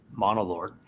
Monolord